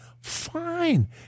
Fine